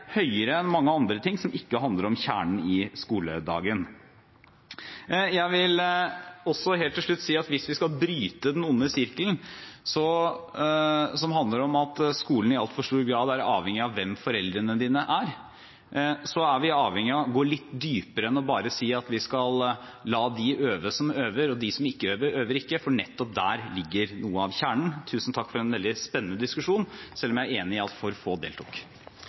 høyere enn mange andre ting som ikke handler om kjernen i skoledagen. Jeg vil også, helt til slutt, si at hvis vi skal bryte den onde sirkelen, som handler om at skolen i altfor stor grad er avhengig av hvem foreldrene dine er, så er vi avhengig av å gå litt dypere enn bare å si at vi skal la dem som øver, øve, og de som ikke øver, øver ikke, for nettopp der ligger noe av kjernen. Tusen takk for en veldig spennende diskusjon, selv om jeg er enig i at for få deltok.